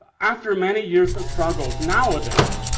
after many years of struggles nowadays